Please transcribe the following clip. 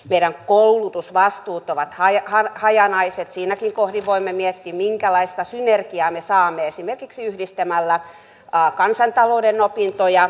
meidän koulutusvastuut ovat hajanaiset ja siinäkin kohdin voimme miettiä minkälaista synergiaa me saamme esimerkiksi yhdistämällä kansantalouden opintoja keskenään